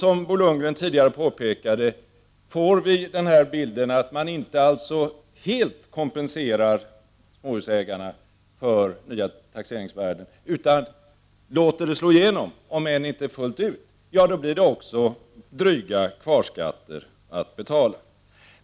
Som Bo Lundgren tidigare påpekade får vi bilden att småhusägarna inte helt kompenseras för nya taxeringsvärden, utan dessa slår igenom, om än inte fullt ut. Ja, då blir det också dryga kvarskatter att betala!